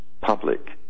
public